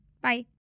bye